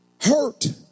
hurt